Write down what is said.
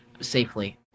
Safely